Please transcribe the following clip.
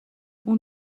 اون